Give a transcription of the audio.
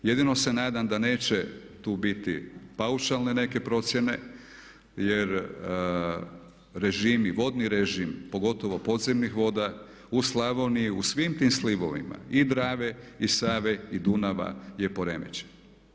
Jedino se nadam da neće tu biti paušalne neke procjene, jer režim, vodni režim pogotovo podzemnih voda u Slavoniji, u svim tim slivovima i Drave i Save i Dunava je poremećen.